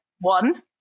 One